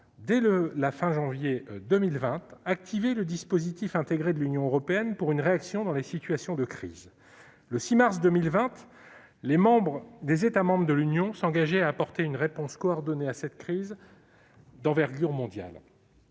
du mois de janvier 2020, activé le dispositif intégré de l'Union européenne pour une réaction au niveau politique dans les situations de crise. Le 6 mars 2020, les États membres de l'Union s'engageaient à apporter une réponse coordonnée à cette crise d'envergure mondiale.